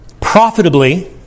profitably